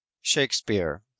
Shakespeare